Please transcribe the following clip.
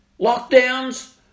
lockdowns